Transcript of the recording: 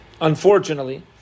unfortunately